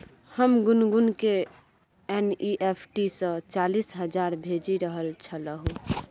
हम गुनगुनकेँ एन.ई.एफ.टी सँ चालीस हजार भेजि रहल छलहुँ